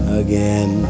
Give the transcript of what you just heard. again